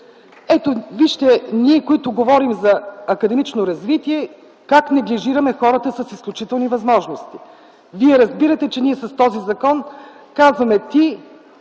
Ето вижте, ние, които говорим за академично развитие, как неглижираме хората с изключителни възможности! Вие разбирате, че с този закон ние казваме –